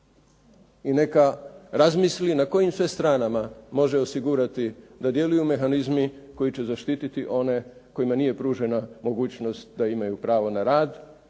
i neka razmisli na kojim sve stranama može osigurati da djeluju mehanizmi koji će zaštiti one kojima nije pružena mogućnost da imaju pravo na rad,